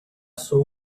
sou